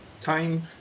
time